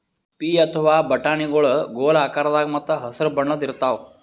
ಪೀ ಅಥವಾ ಬಟಾಣಿಗೊಳ್ ಗೋಲ್ ಆಕಾರದಾಗ ಮತ್ತ್ ಹಸರ್ ಬಣ್ಣದ್ ಇರ್ತಾವ